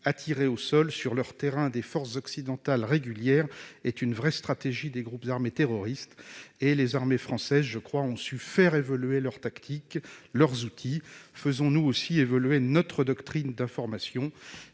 Attirer au sol, sur leur terrain, des forces occidentales régulières est une vraie stratégie des groupes armés terroristes. Les armées françaises ont su faire évoluer leurs tactiques et leurs outils. Faisons, nous, évoluer notre doctrine d'information